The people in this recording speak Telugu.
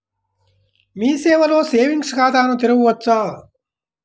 మీ సేవలో సేవింగ్స్ ఖాతాను తెరవవచ్చా?